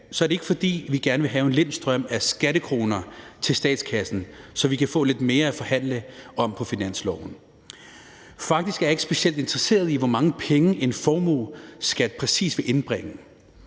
er det ikke, fordi vi gerne vil have en lind strøm af skattekroner til statskassen, så vi kan få lidt mere at forhandle om på finansloven. Faktisk er jeg ikke specielt interesseret i, hvor mange penge en formue præcis vil indbringe,